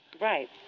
Right